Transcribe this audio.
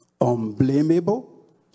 unblameable